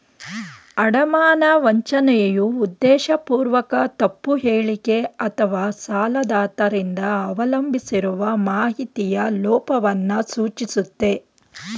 ಅಡಮಾನ ವಂಚನೆಯು ಉದ್ದೇಶಪೂರ್ವಕ ತಪ್ಪು ಹೇಳಿಕೆ ಅಥವಾಸಾಲದಾತ ರಿಂದ ಅವಲಂಬಿಸಿರುವ ಮಾಹಿತಿಯ ಲೋಪವನ್ನ ಸೂಚಿಸುತ್ತೆ